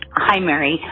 hi, mary.